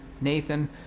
Nathan